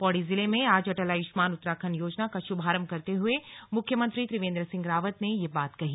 पौड़ी जिले में आज अटल आयुष्मान उत्तराखंड योजना का शुभारंभ करते हुए मुख्यमंत्री त्रिवेंद्र सिंह रावत ने ये बात कही